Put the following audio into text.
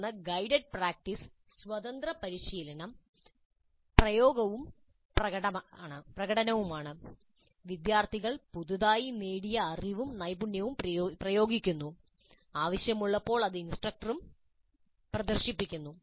തുടർന്ന് guided practice സ്വതന്ത്ര പരിശീലനം പ്രയോഗവും പ്രകടനവുമാണ് വിദ്യാർത്ഥികൾ പുതുതായി നേടിയ അറിവും നൈപുണ്യവും പ്രയോഗിക്കുന്നു ആവശ്യമുള്ളപ്പോൾ ഇത് ഇൻസ്ട്രക്ടറും പ്രദർശിപ്പിക്കുന്നു